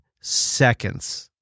seconds